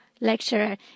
lecturer